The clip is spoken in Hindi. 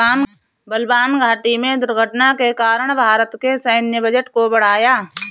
बलवान घाटी में दुर्घटना के कारण भारत के सैन्य बजट को बढ़ाया